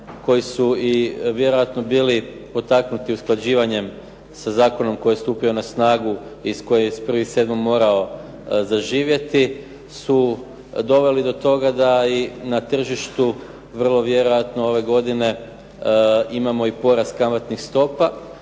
koji su vjerojatno i bili potaknuti usklađivanjem sa zakonom koji je stupio na snagu i s kojim je s 1.7. morao zaživjeti su doveli do toga da i na tržištu vrlo vjerojatno ove godine imamo i porast kamatnih stopa,